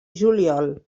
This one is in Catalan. juliol